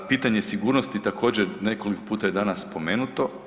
Pitanje sigurnosti također, nekoliko puta je danas spomenuto.